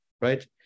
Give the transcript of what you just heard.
right